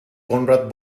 conrad